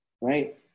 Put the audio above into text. right